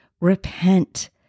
repent